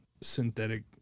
synthetic